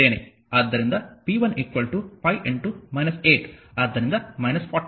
ಆದ್ದರಿಂದ p 1 5 8 ಆದ್ದರಿಂದ 40